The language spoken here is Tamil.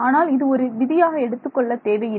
ஆனால் இது ஒரு விதியாக எடுத்துக் கொள்ள தேவையில்லை